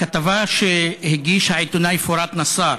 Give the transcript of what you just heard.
בכתבה שהגיש העיתונאי פוראת נסאר